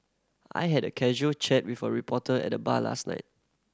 I had a casual chat with a reporter at the bar last night